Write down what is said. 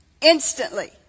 Instantly